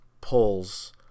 pulls